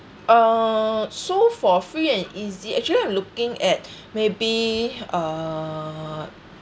uh so for free and easy actually I'm looking at maybe uh